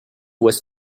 was